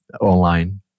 online